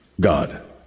God